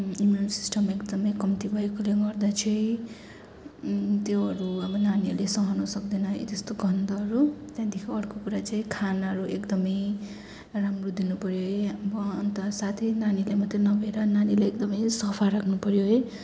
immune system एकदमै कम्ति भएकोले गर्दा चाहिँ त्योहरू अब नानीहरूले सहन सक्दैन है त्यस्तो गन्धहरू त्यहाँदेखि अर्को कुरा चाहिँ खानाहरू एकदमै राम्रो दिनु पऱ्यो है अब अनि त साथै नानीलाई मात्रै नभएर नानीलाई एकदमै सफा राख्न पऱ्यो है